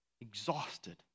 exhausted